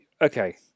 Okay